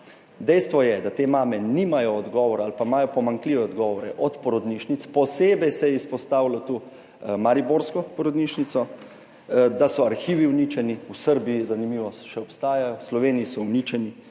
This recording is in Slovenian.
Dejstvo je, da te mame nimajo odgovora ali pa imajo pomanjkljive odgovore od porodnišnic. Posebej se je izpostavilo tu mariborsko porodnišnico, da so arhivi uničeni, v Srbiji, zanimivo, še obstaja, v Sloveniji so uničeni.